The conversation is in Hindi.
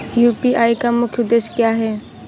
यू.पी.आई का मुख्य उद्देश्य क्या है?